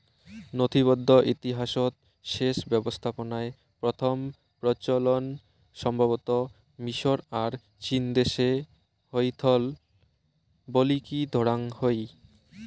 নথিবদ্ধ ইতিহাসৎ সেচ ব্যবস্থাপনার প্রথম প্রচলন সম্ভবতঃ মিশর আর চীনদেশে হইথল বলিকি ধরাং হই